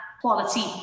quality